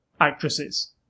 actresses